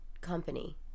company